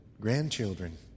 grandchildren